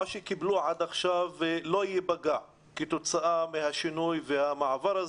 שקיבלו עד עכשיו לא ייפגע כתוצאה מהשינוי והמעבר.